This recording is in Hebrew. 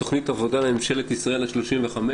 תכנית עבודה לממשלת ישראל ה-35',